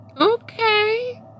Okay